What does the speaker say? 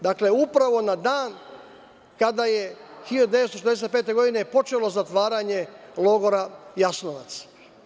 Dakle, upravo na dan kada je 1945. godine počelo zatvaranje logora Jasenovac.